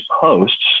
posts